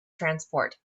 transport